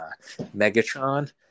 Megatron